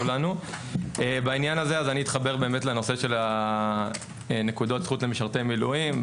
בעניין הזה אתחבר לנושא נקודות זכות למשרתי מילואים.